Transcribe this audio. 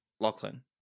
Lachlan